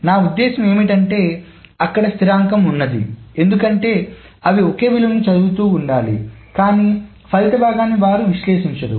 నా ఉద్దేశ్యం ఏమిటంటే అక్కడ స్థిరాంకం ఉంది ఎందుకంటే అవి ఒకే విలువ చదువుతూ ఉండాలి కాని ఫలిత భాగాన్ని వారు విశ్లేషించరు